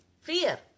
fear